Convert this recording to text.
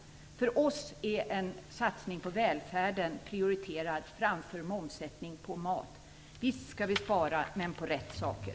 Vi prioriterar en satsning på välfärden framför en lägre moms på mat. Visst skall vi spara, men på rätt saker!